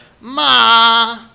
Ma